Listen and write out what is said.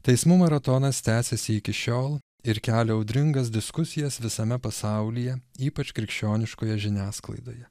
teismų maratonas tęsiasi iki šiol ir kelia audringas diskusijas visame pasaulyje ypač krikščioniškoje žiniasklaidoje